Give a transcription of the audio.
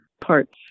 parts